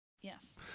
Yes